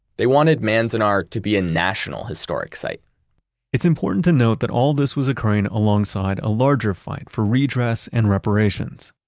they wanted manzanar to be a national historic site it's important to note that all this was occurring alongside a larger fight for redress and reparations.